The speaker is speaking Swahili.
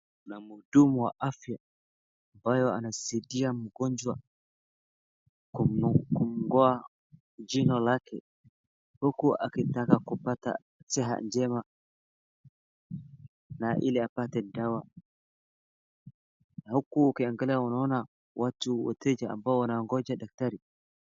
kuna mhudumu wa afya ambaye anasaidia mgonjwa kung'oa jino lake huku akitaka kupata siha njema na ili apate dawa huku ukiangalia unaona watu wateja ambao wanangoja daktari